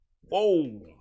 whoa